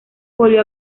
volvió